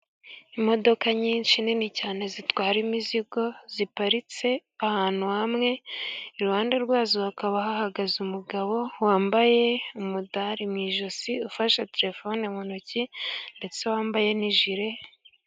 Imodoka nyinshi nini cyane zitwara imizigo, ziparitse ahantu hamwe, iruhande rwazo hakaba hahagaze umugabo wambaye umudari mu ijosi, ufashe terefone mu ntoki, ndetse wambaye n'ijire.